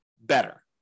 better